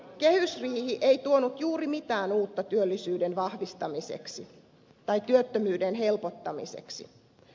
kehysriihi ei tuonut juuri mitään uutta työllisyyden vahvistamiseksi tai työttömyyden helpottamiseksi